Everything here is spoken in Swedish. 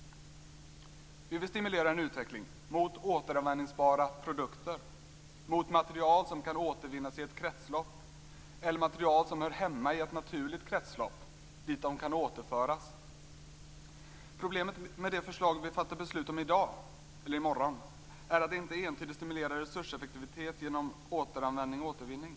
Vi vill stimulera en utveckling mot återanvändningsbara produkter, mot material som kan återvinnas i ett kretslopp eller material som hör hemma i ett naturligt kretslopp dit de kan återföras. Problemet med det förslag som vi fattar beslut om i morgon är att det inte entydigt stimulerar resurseffektivitet genom återanvändning och återvinning.